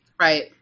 right